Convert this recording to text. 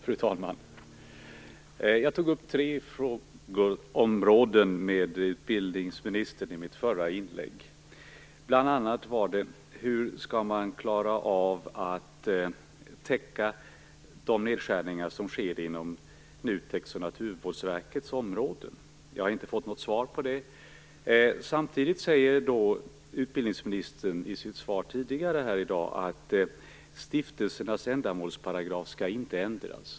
Fru talman! Jag tog upp tre frågeområden i mitt förra inlägg. Det första gällde hur man skall klara av att täcka de nedskärningar som sker inom NUTEK:s och Naturvårdsverkets områden. Jag har inte fått något svar på det. Samtidigt säger utbildningsministern i sitt svar tidigare här i dag att stiftelsernas ändamålsparagraf inte skall ändras.